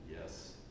Yes